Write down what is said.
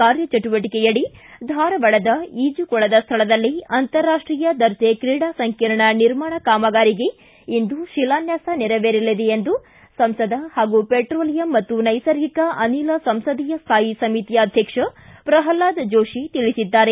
ಕಾರ್ಯಚಟುವಟಕೆಯಡಿ ಧಾರವಾಡದ ಈಜುಕೊಳದ ಸ್ಥಳದಲ್ಲೇ ಅಂತಾರಾಷ್ಟೀಯ ದರ್ಜೆ ಕ್ರೀಡಾ ಸಂಕೀರ್ಣ ನಿರ್ಮಾಣ ಕಾಮಗಾರಿಗೆ ಇಂದು ಶಿಲಾನ್ಯಾಸ ನೆರವೇರಲಿದೆ ಎಂದು ಸಂಸದ ಹಾಗೂ ಪೆಟ್ರೋಲಿಯಂ ಮತ್ತು ನೈಸರ್ಗಿಕ ಅನಿಲ ಸಂಸದೀಯ ಸ್ಥಾಯಿ ಸಮಿತಿ ಅಧ್ಯಕ್ಷ ಪ್ರಲ್ವಾದ ಜೋಶಿ ತಿಳಿಸಿದ್ದಾರೆ